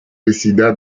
décida